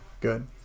Good